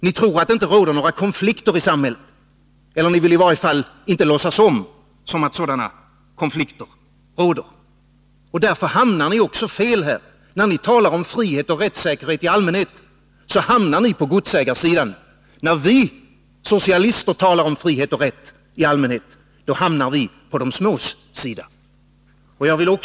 Ni tror att det inte råder några konflikter i samhället — eller ni vill i varje fall inte låtsas om att sådana konflikter råder. Därför hamnar ni också fel. När ni talar om frihet och rättssäkerhet i allmänhet, så hamnar ni på godsägarsidan. När vi socialister talar om frihet och rätt i allmänhet, hamnar vi på de smås sida.